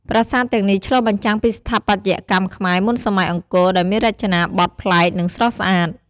ប្រាសាទទាំងនេះឆ្លុះបញ្ចាំងពីស្ថាបត្យកម្មខ្មែរមុនសម័យអង្គរដែលមានរចនាបថប្លែក និងស្រស់ស្អាត។